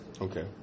Okay